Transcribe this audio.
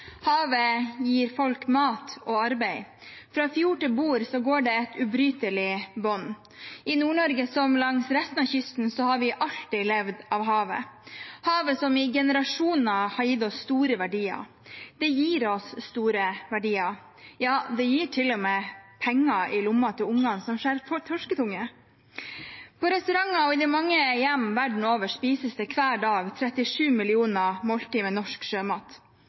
Havet gir folk mat og arbeid. Fra fjord til bord går det et ubrytelig bånd. I Nord-Norge som langs resten av kysten har vi alltid levd av havet. Havet, som i generasjoner har gitt oss store verdier, gir oss store verdier, ja, det gir til og med penger i lomma til unger som skjærer torsketunger. På restauranter og i de mange hjem verden over spises det hver dag 37 millioner måltid med norsk sjømat.